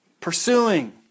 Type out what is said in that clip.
pursuing